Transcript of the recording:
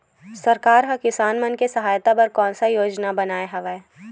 सरकार हा किसान मन के सहायता बर कोन सा योजना बनाए हवाये?